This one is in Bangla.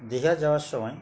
দীঘা যাওয়ার সময়